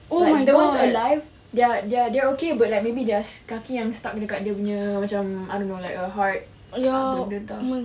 the ones alive their their their okay but maybe their kaki yang stuck kat dia punya macam I don't know like a hard apa benda entah